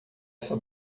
essa